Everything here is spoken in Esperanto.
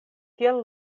tiel